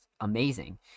amazing